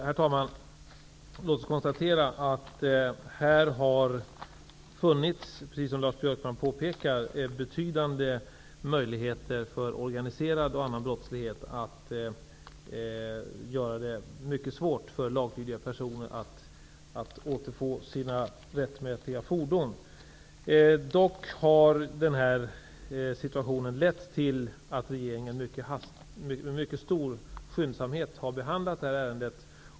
Herr talman! Låt oss konstatera att här har funnits, precis som Lars Björkman påpekar, betydande möjligheter för den organiserade brottsligheten att göra det mycket svårt för laglydiga personer att återfå sina rättmätiga fordon. Dock har regeringen med stor skyndsamhet behandlat detta ärende.